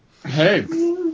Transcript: Hey